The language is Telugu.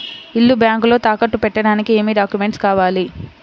ఇల్లు బ్యాంకులో తాకట్టు పెట్టడానికి ఏమి డాక్యూమెంట్స్ కావాలి?